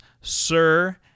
Sir